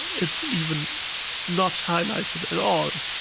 it's even not highlighted at all.